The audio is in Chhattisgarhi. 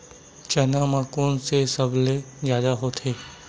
चना म कोन से सबले जादा होथे?